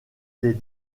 des